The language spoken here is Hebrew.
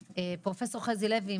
פרופסור חזי לוי,